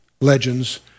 legends